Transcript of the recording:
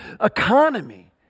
economy